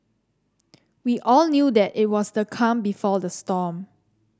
we all knew that it was the calm before the storm